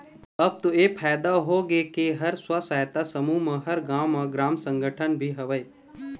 अब तो ऐ फायदा होगे के हर स्व सहायता समूह म हर गाँव म ग्राम संगठन भी हवय